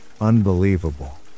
unbelievable